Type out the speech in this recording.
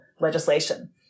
legislation